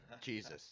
Jesus